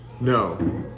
No